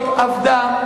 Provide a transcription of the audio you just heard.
עבדה,